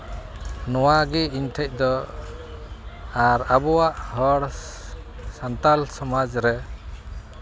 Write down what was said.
ᱱᱚᱣᱟᱜᱮ ᱤᱧ ᱴᱷᱮᱡ ᱫᱚ ᱟᱨ ᱟᱵᱚᱣᱟᱜ ᱦᱚᱲ ᱥᱟᱱᱛᱟᱲ ᱥᱚᱢᱟᱡᱽ ᱨᱮ